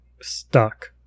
stuck